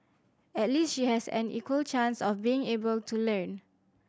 at least she has an equal chance of being able to learn